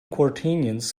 quaternions